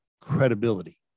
credibility